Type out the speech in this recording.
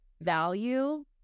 value